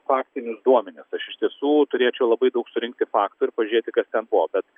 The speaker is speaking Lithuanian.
faktinius duomenis aš iš tiesų turėčiau labai daug surinkti faktų ir pažiūrėti kas ten buvo bet